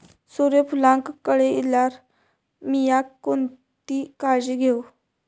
सूर्यफूलाक कळे इल्यार मीया कोणती काळजी घेव?